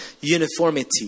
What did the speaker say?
uniformity